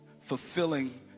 fulfilling